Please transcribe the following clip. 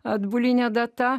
atbuline data